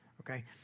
okay